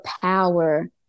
power